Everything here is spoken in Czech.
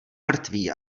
mrtvý